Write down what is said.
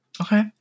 okay